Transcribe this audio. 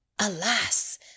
alas